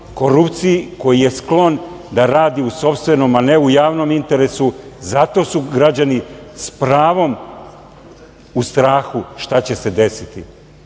korupciji, koji je sklon da radi u sopstvenom, a ne u javnom interesu. Zato su građani s pravom u strahu šta će se desiti,